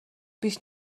پیش